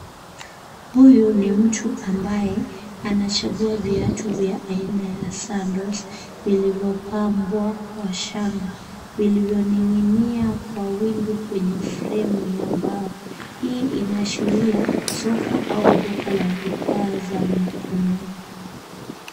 Huyu ni mtu ambaye anachagua viatu vya aina ya sandals vilivyopambwa kwa shanga vilivyoning'inia kwa wingi kwenye fremu ya mbao. Hii inaashiria soko au duka la bidhaa za mkononi.